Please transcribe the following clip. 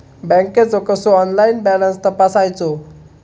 बँकेचो कसो online balance तपासायचो?